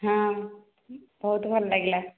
ହଁ ବହୁତ ଭଲ ଲାଗିଲା